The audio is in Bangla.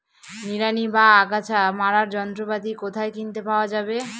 নিড়ানি বা আগাছা মারার যন্ত্রপাতি কোথায় কিনতে পাওয়া যাবে?